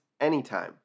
anytime